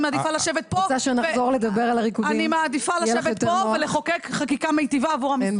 אני מעדיפה לשבת פה ולחוקק חקיקה מיטיבה עבור עם ישראל.